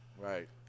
right